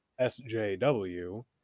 SJW